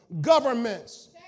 governments